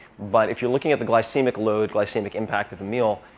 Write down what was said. but if you're looking at the glycemic load, glycemic impact of a meal,